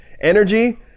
energy